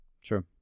Sure